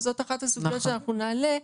וזאת אחת הסוגיות שאנחנו נעלה,